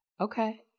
Okay